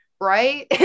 right